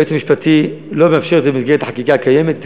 היועץ המשפטי לא מאפשר זאת במסגרת החקיקה הקיימת,